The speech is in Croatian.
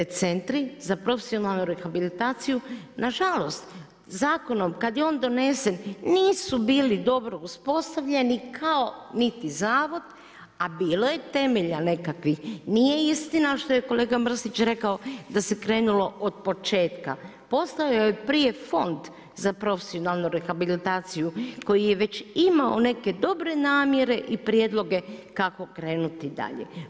Centri za profesionalnu rehabilitaciju nažalost zakonom kada je on donesen nisu bili dobro uspostavljeni kao niti zavod a bilo je temelja nekakvih, nije istina što je kolega Mrsić rekao da se krenulo otpočetka, postojao je prije fond za profesionalnu rehabilitaciju koji je već imao neke dobre namjere i prijedloge kako krenuti dalje.